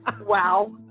Wow